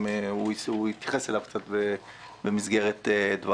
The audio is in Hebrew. שהוא גם התייחס אליו קצת במסגרת דבריו,